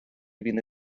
він